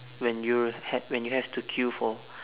when you had when you have to queue for